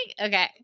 Okay